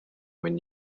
when